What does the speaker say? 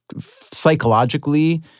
psychologically